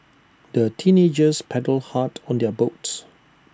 the teenagers paddled hard on their boat